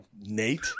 Nate